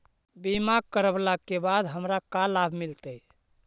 बीमा करवला के बाद हमरा का लाभ मिलतै?